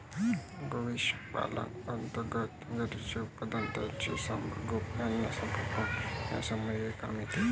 गोवंश पालना अंतर्गत गुरांचे उत्पादन, त्यांचे संगोपन आणि संगोपन यासंबंधीचे काम येते